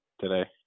today